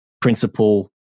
principle